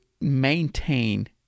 maintain